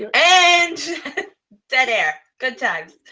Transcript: and and dead air. good times.